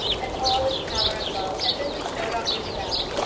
and all its power of love had been bestowed on isabel.